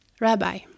Rabbi